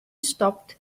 stopped